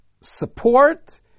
support